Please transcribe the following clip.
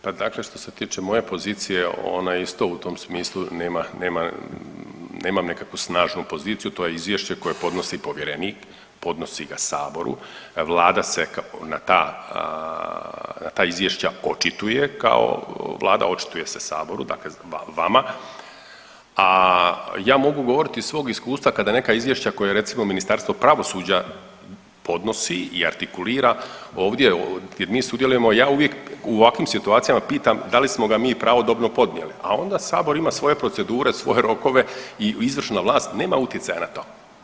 Pa dakle što se tiče moje pozicije, ona isto u tom smislu nema, nema, nemam nekakvu snažnu poziciju, to je izvješće koje podnosi povjerenik, podnosi ga Saboru, Vlada se na ta izvješća očituje kao Vlada, očituje se Saboru, dakle vama, a ja mogu govoriti iz svog iskustva, kada neka izvješća koja je recimo Ministarstvo pravosuđa podnosi i artikulira ovdje jer mi sudjelujemo, ja uvijek u ovakvim situacijama pitam, da li smo ga mi pravodobno podnijeli, a onda Sabor ima svoje procedure, svoje rokove i izvršna vlast nema utjecaja na to.